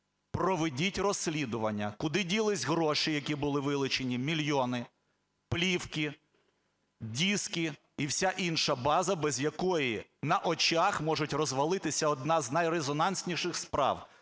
проведіть розслідування: куди ділись гроші, які були вилучені, мільйони, плівки, диски і вся інша база, без якої на очах може розвалитися одна з найрезонансніших справ